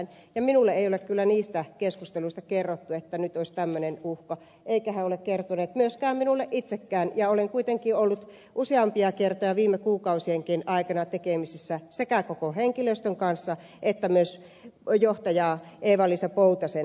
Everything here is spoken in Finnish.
ja minulle ei ole kyllä niistä keskusteluista kerrottu että nyt olisi tämmöinen uhka eivätkä he ole kertoneet minulle myöskään itse ja olen kuitenkin ollut useampia kertoja viime kuukausienkin aikana tekemisissä sekä koko henkilöstön kanssa että myös johtaja eeva liisa poutasen kanssa